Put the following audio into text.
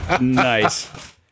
Nice